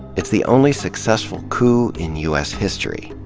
it's the only successful coup in u s. history.